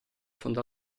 fondo